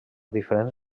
diferents